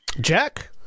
Jack